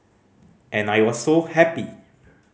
and I was so happy